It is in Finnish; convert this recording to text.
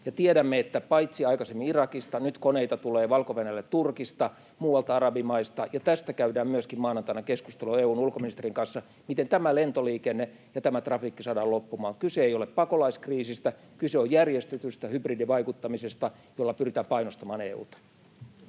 Tiedämme, että aikaisemmin koneita tuli Irakista, nyt koneita tulee Valko-Venäjälle Turkista, muualta arabimaista, ja tästä käydään myöskin maanantaina keskustelua EU:n ulkoministerien kanssa, miten tämä lentoliikenne ja tämä trafiikki saadaan loppumaan. Kyse ei ole pakolaiskriisistä, kyse on järjestetystä hybridivaikuttamisesta, jolla pyritään painostamaan EU:ta.